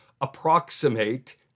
approximate